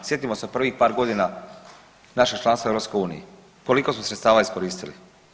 Sjetimo se prvih par godina našeg članstva u EU, koliko smo sredstava iskoristili.